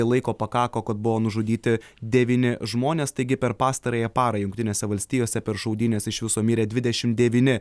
laiko pakako kad buvo nužudyti devyni žmonės taigi per pastarąją parą jungtinėse valstijose per šaudynes iš viso mirė dvidešim devyni